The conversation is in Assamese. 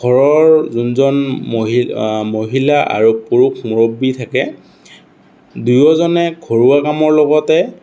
ঘৰৰ যোনজন মহিলা মহিলা আৰু পুৰুষ মুৰব্বী থাকে দুয়োজনে ঘৰুৱা কামৰ লগতে